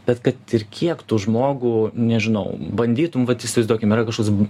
bet kad ir kiek tu žmogų nežinau bandytum vat įsivaizduokim yra kažkoks